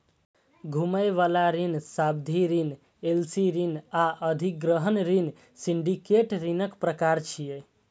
घुमै बला ऋण, सावधि ऋण, एल.सी ऋण आ अधिग्रहण ऋण सिंडिकेट ऋणक प्रकार छियै